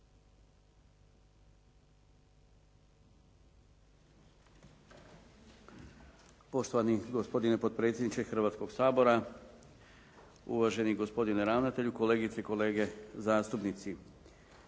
Poštovani gospodine potpredsjedniče Hrvatskoga sabora, uvaženi gospodine ravnatelju, kolegice i kolege zastupnici.